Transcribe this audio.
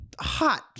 hot